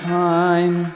time